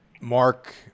Mark